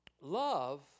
love